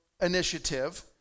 Initiative